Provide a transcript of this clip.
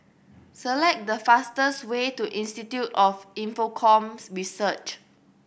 select the fastest way to Institute of Infocomm Research